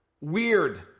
weird